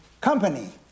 company